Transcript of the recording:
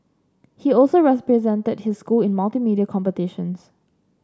he also represented his school in multimedia competitions